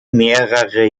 mehrere